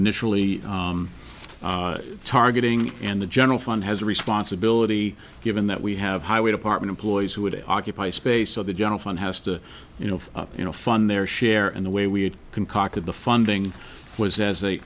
initially targeting and the general fund has a responsibility given that we have highway department employees who would occupy space on the general fund has to you know you know fund their share in the way we concocted the funding was as a